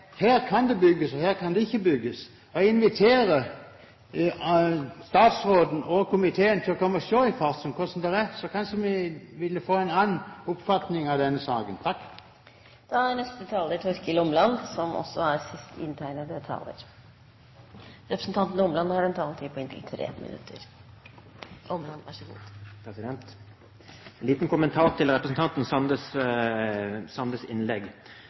her kan det bygges, og her kan det ikke bygges. Jeg inviterer statsråden og komiteen til å komme og se hvordan det er i Farsund. Da ville man kanskje få en annen oppfatning av denne saken. Jeg har en liten kommentar til representanten Sandes innlegg. Jeg kan ta utgangspunkt i det som